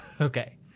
Okay